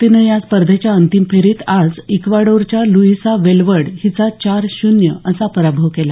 तिनं या स्पर्धेच्या अंतिम फेरीत आज इक्वाडोरच्या लुईसा वेलवर्ड हिचा चार शून्य असा पराभव केला